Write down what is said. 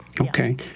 Okay